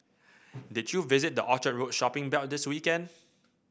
did you visit the Orchard Road shopping belt this weekend